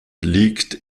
liegt